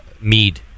mead